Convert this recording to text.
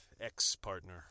Ex-partner